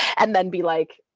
and then be like,